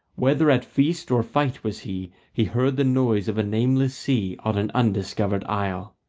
whether at feast or fight was he, he heard the noise of a nameless sea on an undiscovered isle.